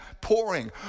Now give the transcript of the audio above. pouring